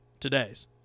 todays